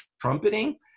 trumpeting